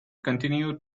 continued